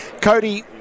Cody